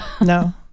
no